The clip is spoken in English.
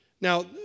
Now